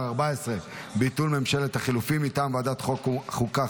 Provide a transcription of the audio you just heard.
14) (ביטול ממשלת החילופים) מטעם ועדת החוקה,